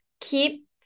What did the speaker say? Keep